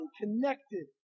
connected